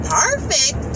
perfect